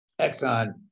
Exxon